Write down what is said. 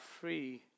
free